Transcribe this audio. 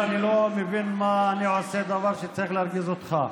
אני לא מבין מה אני עושה, דבר שצריך להרגיז אותך.